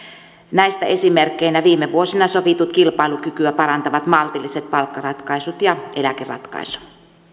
näistä esimerkkeinä viime vuosina sovitut kilpailukykyä parantavat maltilliset palkkaratkaisut ja eläkeratkaisu